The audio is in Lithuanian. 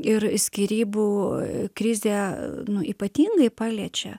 ir skyrybų krizė nu ypatingai paliečia